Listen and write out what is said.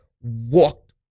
walked